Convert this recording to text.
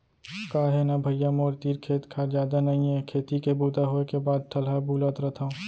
का हे न भइया मोर तीर खेत खार जादा नइये खेती के बूता होय के बाद ठलहा बुलत रथव